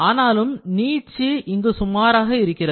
ஆனாலும் நீட்சி இங்கு சுமாராக இருக்கிறது